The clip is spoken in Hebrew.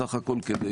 בסך הכול כדי